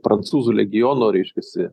prancūzų legiono reiškiasi